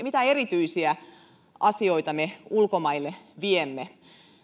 mitä erityisiä asioita me ulkomaille viemme